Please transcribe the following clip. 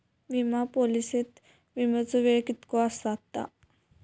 विमा पॉलिसीत विमाचो वेळ कीतको आसता?